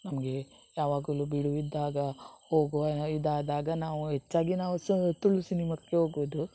ನಮಗೆ ಯಾವಾಗಲು ಬಿಡುವಿದ್ದಾಗ ಹೋಗುವ ಇದಾದಾಗ ನಾವು ಹೆಚ್ಚಾಗಿ ನಾವು ಸು ತುಳು ಸಿನಿಮಾಕ್ಕೆ ಹೋಗೋದು